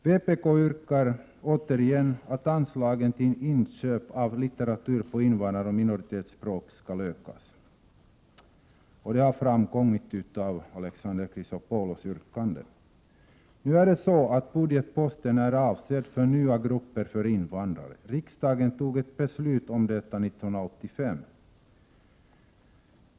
Vpk yrkar återigen att anslagen till inköp av litteratur på invandraroch minoritetsspråk skall ökas, såsom också har framgått av Alexander Chrisopoulos anförande. Nu är det så, att budgetposten är avsedd för nya grupper av invandrare. Riksdagen fattade beslut om detta år 1985.